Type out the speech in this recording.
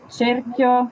cerchio